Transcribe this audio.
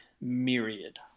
myriad